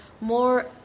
more